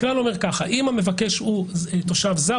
הכלל אומר שאם המבקש הוא תושב זר,